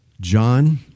John